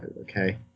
okay